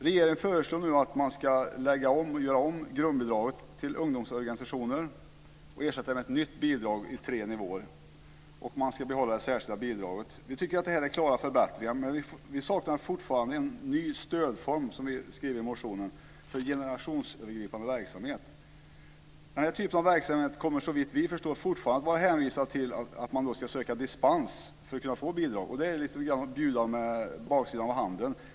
Regeringen föreslår nu att grundbidraget till ungdomsorganisationer ska göras om och ersättas med ett nytt bidrag i tre nivåer. Det särskilda bidraget ska behållas. Vi tycker att det är klara förbättringar, men i vår motion skriver vi att vi fortfarande saknar en ny stödform för generationsövergripande verksamhet. Denna typ av verksamhet kommer, såvitt vi förstår, fortfarande att vara hänvisad till att söka dispens för att få bidrag. Det är som att bjuda med baksidan av handen.